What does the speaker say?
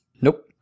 Nope